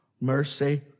mercy